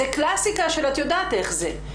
זאת קלאסיקה של את יודעת איך זה,